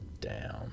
down